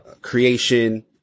creation